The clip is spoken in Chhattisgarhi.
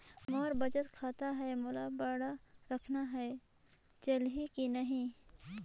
मोर बचत खाता है मोला बांड रखना है चलही की नहीं?